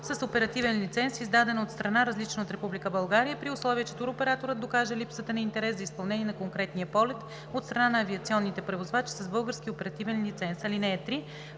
с оперативен лиценз, издаден от страна, различна от Република България, при условие че туроператорът докаже липсата на интерес за изпълнение на конкретния полет от страна на авиационните превозвачи с български оперативен лиценз. (3)